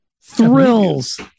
Thrills